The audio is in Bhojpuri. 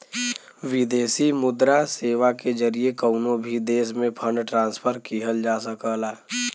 विदेशी मुद्रा सेवा के जरिए कउनो भी देश में फंड ट्रांसफर किहल जा सकला